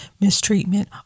mistreatment